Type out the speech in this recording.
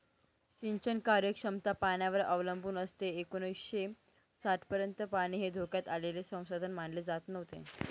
सिंचन कार्यक्षमता पाण्यावर अवलंबून असते एकोणीसशे साठपर्यंत पाणी हे धोक्यात आलेले संसाधन मानले जात नव्हते